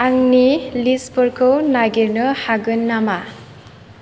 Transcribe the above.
आंनि लिस्तफोरखौ नागिरनो हागोन नामा